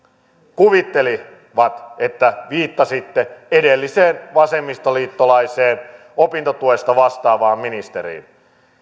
kuvittelivat että viittasit edelliseen vasemmistoliittolaiseen opintotuesta vastaavaan ministeriin